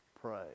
pray